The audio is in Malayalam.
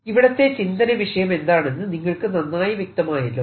ഇവിടത്തെ ചിന്തന വിഷയം എന്താണെന്ന് നിങ്ങൾക്ക് നന്നായി വ്യക്തമായല്ലോ